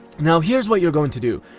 now here's what you're going to do.